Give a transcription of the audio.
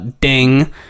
ding